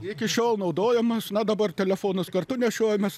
iki šiol naudojamas na dabar telefonus kartu nešiojamės